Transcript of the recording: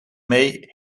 may